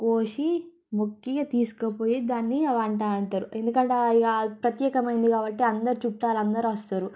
కోసి మొక్కీ ఇక తీసుకపోయి దాన్ని ఇక వంట వండుతారు ఎందుకంటే ఇక ప్రత్యేకమైంది కాబట్టి అందరు చుట్టాలు అందరూ వస్తారు